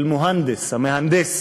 "אל מוהנדס", המהנדס,